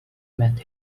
meth